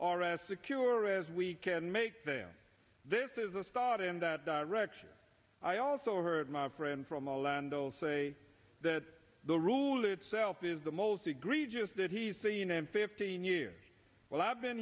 are as secure as we can make them this is a scot in that direction i also heard my friends from orlando say that the rule itself is the most egregious that he's seen in fifteen years well i've been